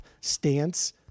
stance